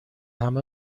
همه